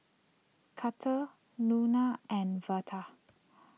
Carter Luana and Veda